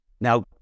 Now